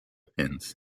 pins